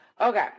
Okay